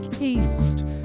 East